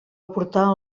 aportar